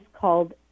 called